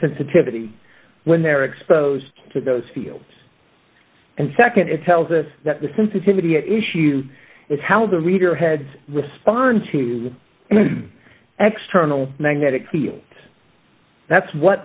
sensitivity when they're exposed to those fields and nd it tells us that the sensitivity issue is how the reader heads respond to xterm magnetic fields that's what